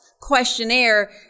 questionnaire